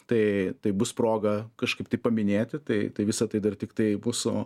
tai tai bus proga kažkaip tai paminėti tai tai visa tai dar tiktai bus o